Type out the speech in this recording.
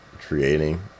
creating